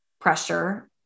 pressure